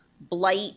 blight